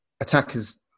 attackers